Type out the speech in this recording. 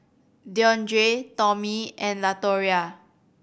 Deondre Tomie and Latoria